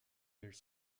elle